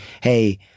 Hey